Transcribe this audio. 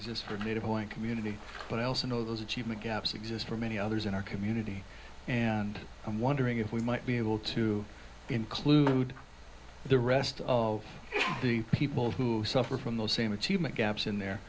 exist for native point community but i also know those achievement gaps exist for many others in our community and i'm wondering if we might be able to include the rest of the people who suffer from the same achievement gaps in there